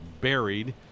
buried